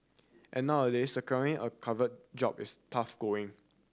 and nowadays securing a covet job is tough going